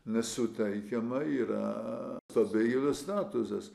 nesuteikiama yra pabėgėlio statusas